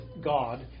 God